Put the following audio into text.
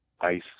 ice